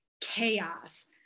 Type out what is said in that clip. chaos